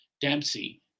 dempsey